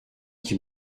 qui